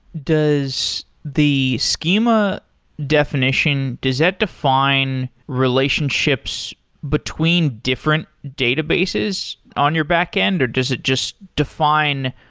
does the schema definition, does that define relationships between different databases on your backend, or does it just define,